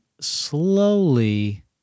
slowly